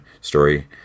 story